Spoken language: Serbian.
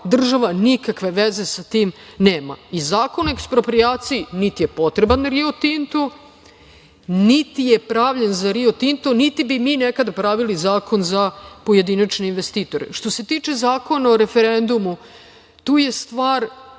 Država nikakve veze sa tim nema. Zakon o eksproprijaciji niti je potreban "Rio Tintu", niti je pravljen za "Rio Tinto", niti bi mi nekad pravili zakon za pojedinačne investitore. Što se tiče Zakona o referendumu, to je stvar